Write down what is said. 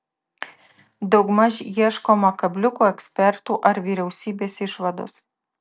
daugmaž ieškoma kabliukų ekspertų ar vyriausybės išvados